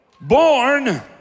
born